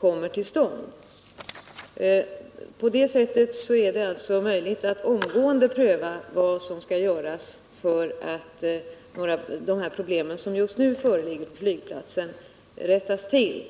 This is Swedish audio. kommer till stånd. På det sättet är det alltså möjligt att omgående pröva vad som skall göras för att de problem som just nu föreligger på flygplatsen skall kunna rättas till.